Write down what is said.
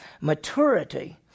Maturity